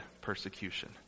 persecution